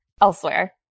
elsewhere